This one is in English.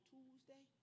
Tuesday